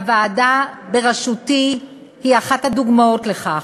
הוועדה בראשותי היא אחת הדוגמאות לכך.